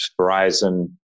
Verizon